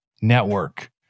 network